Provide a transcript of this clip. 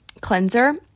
cleanser